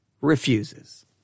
refuses